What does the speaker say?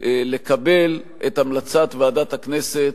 לקבל את המלצת ועדת הכנסת,